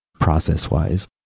process-wise